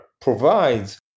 provides